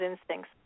instincts